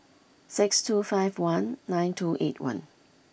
six two five one nine two eight one